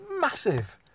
Massive